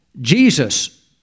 Jesus